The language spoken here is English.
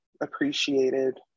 appreciated